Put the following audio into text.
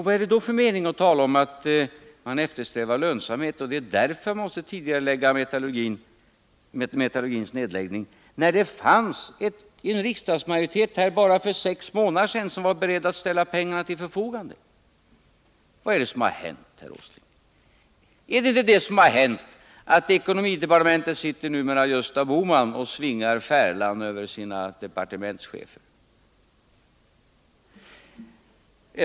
Vad är det för mening med att säga att nedläggningen av metallurgin måste ske tidigare på grund av dålig lönsamhet, när det fanns en riksdagsmajoritet som för bara sex månader sedan var beredd att ställa pengar till förfogande? Vad är det som har hänt, herr Åsling? Beror den ändrade inställningen på att det numera är ekonomiminister Gösta Bohman som svingar färlan över de övriga departementscheferna?